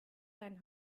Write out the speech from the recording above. seinen